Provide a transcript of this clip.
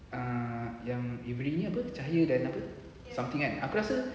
ah yang every nya apa cahaya dan apa something kan aku rasa